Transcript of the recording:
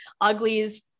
Uglies